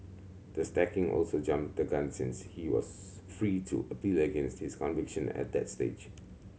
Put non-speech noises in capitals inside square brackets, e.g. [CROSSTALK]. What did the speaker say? the sacking also jumped the gun since he was [UNINTELLIGIBLE] free to appeal against his conviction at that stage